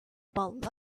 about